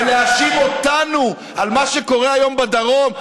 ולהאשים אותנו על מה שקורה היום בדרום,